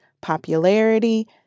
popularity